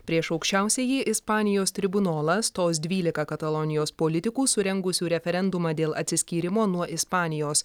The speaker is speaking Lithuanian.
prieš aukščiausiąjį ispanijos tribunolą stos dvylika katalonijos politikų surengusių referendumą dėl atsiskyrimo nuo ispanijos